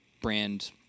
brand